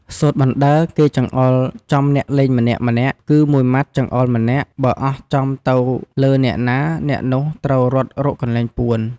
សូត្របណ្តើរ គេចង្អុលចំអ្នកលេងម្នាក់ៗ គឺមួយម៉ាត់ចង្អុលម្នាក់ បើអស់ចំទៅលើអ្នកណា អ្នកនោះត្រូវរត់រកកន្លែងពួន។